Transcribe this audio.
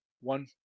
one